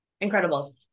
Incredible